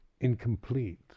incomplete